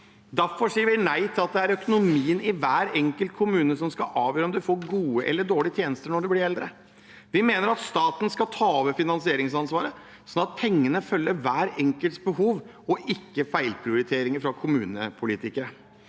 Derfor sier vi nei til at det er økonomien i hver enkelt kommune som skal avgjøre om man får gode eller dårlige tjenester når man blir eldre. Vi mener at staten skal ta over finansieringsansvaret, sånn at pengene følger behovet til hver enkelt og ikke feilprioriteringer fra kommunepolitikere.